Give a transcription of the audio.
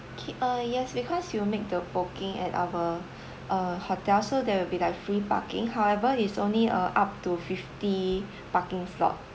okay uh yes because you make the booking at our uh hotel so there will be like free parking however it's only uh up to fifty parking slot